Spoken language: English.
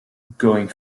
going